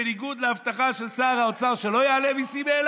בניגוד להבטחה של שר האוצר שלא יעלה מיסים,